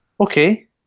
Okay